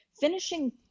Finishing